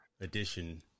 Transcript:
edition